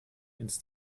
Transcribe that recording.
ins